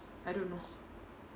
I don't know